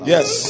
Yes